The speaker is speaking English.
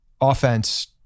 offense